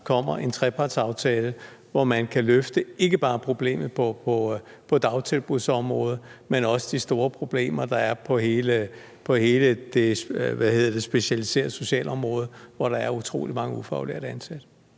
kommer en trepartsaftale, hvor man kan løfte ikke bare problemet på dagtilbudsområdet, men også de store problemer på hele det specialiserede socialområde, hvor der er utrolig mange ufaglærte ansat?